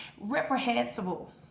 reprehensible